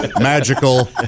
magical